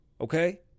Okay